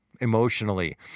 emotionally